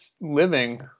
living